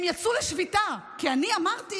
הם יצאו לשביתה, כי אני אמרתי